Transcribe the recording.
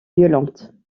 violentes